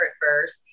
first